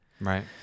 Right